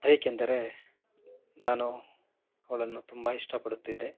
ಏಕೆಂದರೆ ನಾನು ಅವಳನ್ನು ತುಂಬ ಇಷ್ಟಪಡುತ್ತಿದ್ದೆ